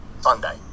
Sunday